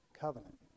covenant